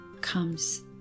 comes